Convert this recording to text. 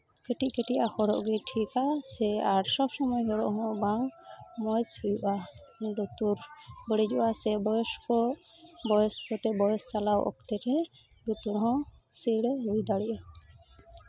ᱠᱟᱹᱴᱤᱡ ᱠᱟᱹᱴᱤᱡᱟᱜ ᱦᱚᱨᱚᱜ ᱜᱮ ᱴᱷᱤᱠᱟ ᱥᱮ ᱟᱨ ᱥᱚᱵ ᱥᱚᱢᱚᱭ ᱦᱚᱸ ᱦᱚᱨᱚᱜ ᱦᱚᱸ ᱵᱟᱝ ᱢᱚᱡᱽ ᱦᱩᱭᱩᱜᱼᱟ ᱞᱩᱛᱩᱨ ᱵᱟᱹᱲᱤᱡᱚᱜᱼᱟ ᱥᱮ ᱵᱚᱭᱚᱥᱠᱚ ᱵᱚᱭᱚᱥ ᱠᱟᱛᱮᱫ ᱵᱚᱭᱚᱥ ᱪᱟᱞᱟᱣ ᱚᱠᱛᱮᱜᱮ ᱞᱩᱛᱩᱨ ᱦᱚᱸ ᱥᱤᱲᱟᱹ ᱦᱩᱭ ᱫᱟᱲᱮᱭᱟᱜᱼᱟ